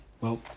Well